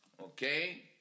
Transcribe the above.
okay